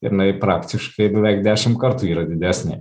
ir jinai praktiškai beveik dešim kartų yra didesnė